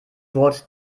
wort